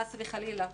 חס וחלילה,